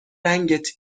رنگت